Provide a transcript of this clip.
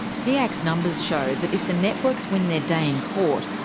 piac's numbers show that if the networks win their day in court,